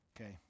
Okay